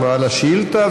בעל השאילתה,